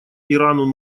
ирану